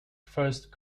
first